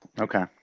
Okay